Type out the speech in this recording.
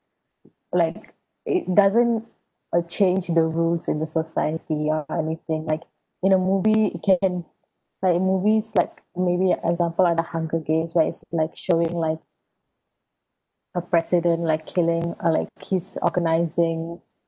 like it doesn't uh change the rules in the society or anything like in a movie can like movies like maybe example like the hunger games where it's like showing like a president like killing uh like he's organising